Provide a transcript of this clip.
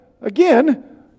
again